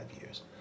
years